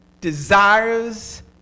desires